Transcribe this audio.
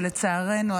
שלצערנו,